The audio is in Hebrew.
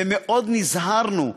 ומאוד נזהרנו,